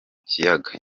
kiyaga